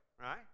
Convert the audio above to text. right